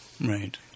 Right